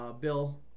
Bill